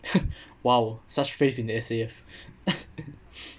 !wow! such faith in the S_A_F